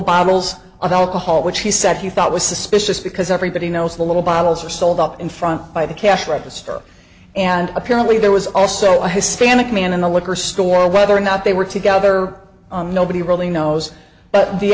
bottles of alcohol which he said he thought was suspicious because everybody knows the little bottles are sold out in front by the cash register and apparently there was also a hispanic man in the liquor store whether or not they were together nobody really knows but the